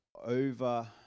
over